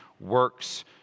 works